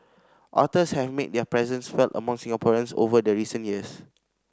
otters have made their presence felt among Singaporeans over the recent years